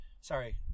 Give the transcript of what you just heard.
Sorry